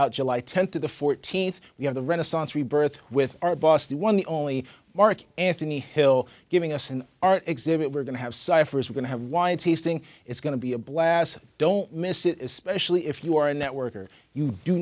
out july th to the th we have the renaissance rebirth with our boss the one the only marc anthony hill giving us an art exhibit we're going to have cyphers we're going to have wine tasting it's going to be a blast don't miss it especially if you are a networker you do